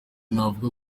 navuga